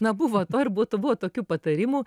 na buvo par buto buvo tokių patarimų